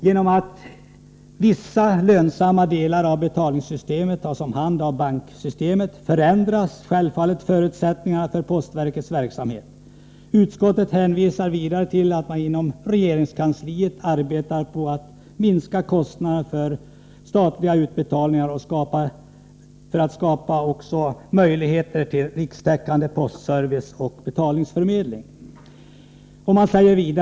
Genom att vissa lönsamma delar av betalningssystemet tas om hand av banksystemet förändras självfallet förutsättningarna för postverkets verksamhet. Utskottet hänvisar vidare till att man inom regeringskansliet arbetar på att minska kostnaderna för statliga utbetalningar och skapa möjligheter till rikstäckande postservice och betalningsförmedling.